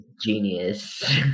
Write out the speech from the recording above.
genius